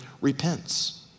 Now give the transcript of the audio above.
repents